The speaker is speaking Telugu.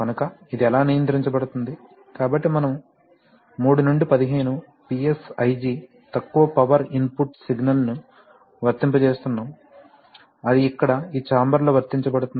కనుక ఇది ఎలా నియంత్రించబడుతుంది కాబట్టి మనము 3 నుండి 15 PSIG తక్కువ పవర్ ఇన్పుట్ సిగ్నల్ ను వర్తింపజేస్తున్నాము అది ఇక్కడ ఈ ఛాంబర్ లో వర్తించబడుతుంది